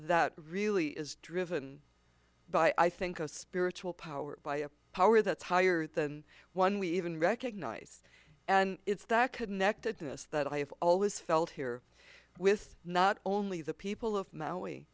that really is driven by i think a spiritual power by a power that's higher than one we even recognize and it's that connectedness that i have always felt here with not only the people of maui